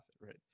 right